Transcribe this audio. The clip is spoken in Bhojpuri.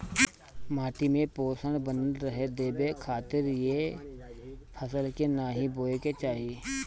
माटी में पोषण बनल रहे देवे खातिर ए फसल के नाइ बोए के चाही